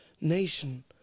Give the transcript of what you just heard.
nation